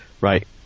Right